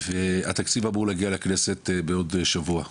והתקציב אמור להגיע לכנסת בעוד שבוע וחצי.